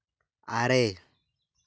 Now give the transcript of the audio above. ᱟᱨᱮ